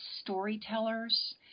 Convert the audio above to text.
storytellers